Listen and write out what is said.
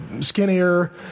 skinnier